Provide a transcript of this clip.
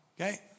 okay